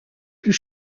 plus